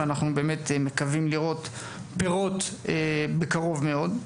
ואנחנו באמת מקווים לראות פירות בקרוב מאוד.